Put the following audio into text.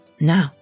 Now